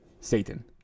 Satan